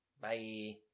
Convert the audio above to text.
Bye